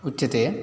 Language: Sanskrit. उच्यते